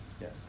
Yes